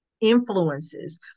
influences